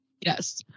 Yes